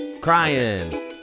crying